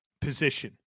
position